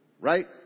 Right